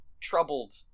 troubled